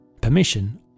permission